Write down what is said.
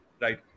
right